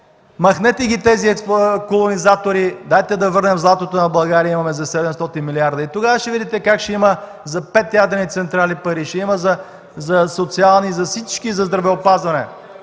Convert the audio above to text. махнете тези колонизатори! Дайте да върнем златото на България – имаме за 700 милиарда. Тогава ще видите как ще има пари за пет ядрени централи, ще има за социални, за здравеопазване,